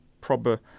proper